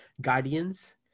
Guardians